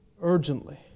urgently